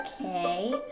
Okay